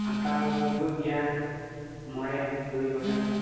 ᱦᱟᱛᱟᱣ ᱦᱩᱭᱠᱚᱜ ᱜᱮᱭᱟ ᱢᱚᱬᱮ ᱛᱩᱨᱩᱭ ᱜᱚᱴᱟᱝ